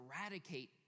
eradicate